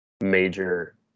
major